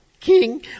King